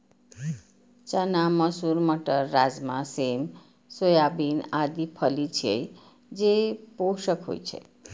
चना, मसूर, मटर, राजमा, सेम, सोयाबीन आदि फली छियै, जे पोषक होइ छै